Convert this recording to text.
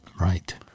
right